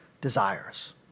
desires